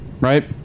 right